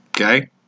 Okay